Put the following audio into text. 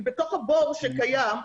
היא בתוך הבור שקיים.